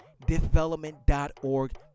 development.org